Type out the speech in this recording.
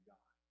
God